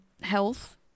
health